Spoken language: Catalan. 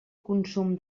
consum